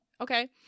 Okay